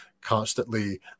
constantly